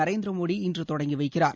நரேந்திர மோடி இன்று தொடங்கி வைக்கிறார்